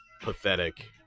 pathetic